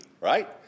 right